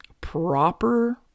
proper